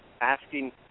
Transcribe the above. asking